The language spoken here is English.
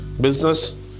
business